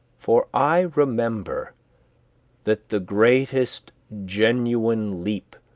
for i remember that the greatest genuine leap,